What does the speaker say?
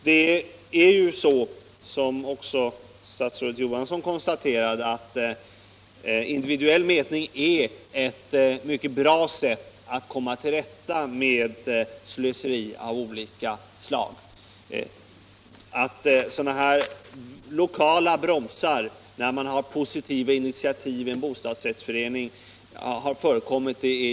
Det är, som också statsrådet Johansson konstaterade, så att individuell mätning är ett mycket bra sätt att komma till rätta med slöseri av olika slag. Det är bara att beklaga att det förekommit sådana här lokala bromsningar av positiva initiativ i en bostadsrättsförening.